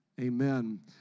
Amen